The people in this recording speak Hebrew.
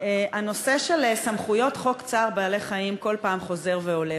הנושא של סמכויות חוק צער בעלי-חיים כל פעם חוזר ועולה,